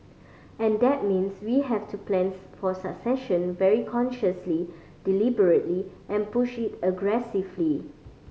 and that means we have to plans for succession very consciously deliberately and push it aggressively